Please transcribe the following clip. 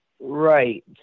Right